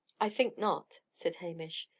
i think not, said hamish.